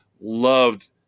Loved